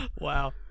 Wow